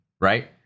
right